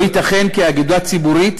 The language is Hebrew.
לא ייתכן כי אגודה ציבורית